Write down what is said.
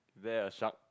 there a shark